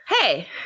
hey